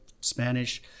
Spanish